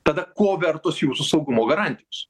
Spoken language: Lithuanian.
tada ko vertos jūsų saugumo garantijos